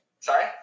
Sorry